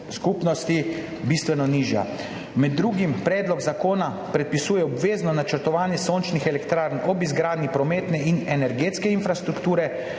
skupnosti bistveno nižja. Med drugim predlog zakona predpisuje obvezno načrtovanje sončnih elektrarn ob izgradnji prometne in energetske infrastrukture,